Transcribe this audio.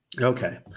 Okay